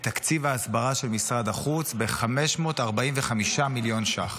תקציב ההסברה של משרד החוץ ב-545 מיליון ש"ח,